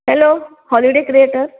hello holiday creator